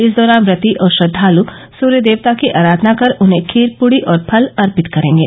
इस दौरान प्रती और श्रद्वाल ् सुर्य देवता की अराधना कर उन्हें खीर पूरी और फल अर्पित करेंगे